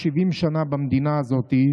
70 שנה שמרו במדינה הזאת,